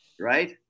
Right